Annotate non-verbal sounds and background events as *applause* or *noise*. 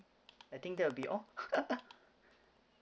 I think that will be all *laughs*